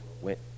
went